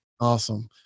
Awesome